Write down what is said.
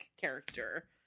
character